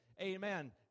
Amen